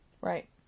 Right